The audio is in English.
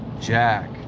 jack